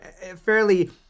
fairly